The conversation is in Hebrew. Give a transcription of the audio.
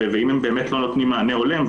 ואם הם באמת לא נותנים מענה הולם,